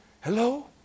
Hello